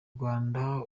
rwanda